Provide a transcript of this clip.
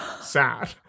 sad